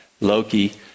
Loki